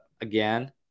again